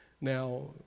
Now